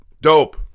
Dope